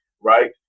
Right